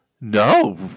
No